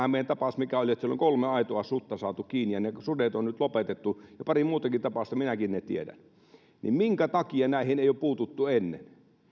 hämeen tapaus että siellä oli kolme aitoa sutta saatu kiinni ja ne sudet on nyt lopetettu ja on pari muutakin tapausta jotka minäkin tiedän minkä takia näihin ei ole puututtu ennen